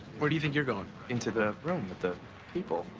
where do you think you're going? into the room with the people.